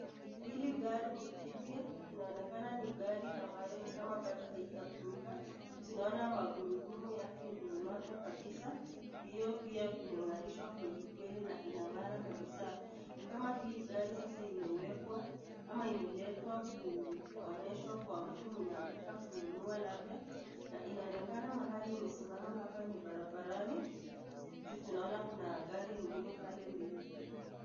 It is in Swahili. Huu ni umati wa watu wengi wakiwa wamekusanyika. Wengi wao wamevaa fulana nyekundu, na wanaonekana kuwa katika tukio la mchezo au mkutano fulani. Wanaonekana wameketi chini kwa viti na wanatazama kitu kwa umakini.